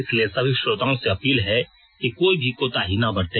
इसलिए सभी श्रोताओं से अपील है कि कोई भी कोताही ना बरते